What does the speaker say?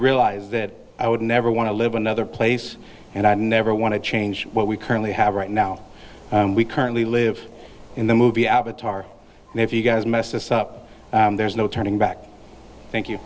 realize that i would never want to live another place and i'd never want to change what we currently have right now we currently live in the movie avatar and if you guys mess up there's no turning back thank you